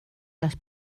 las